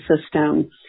system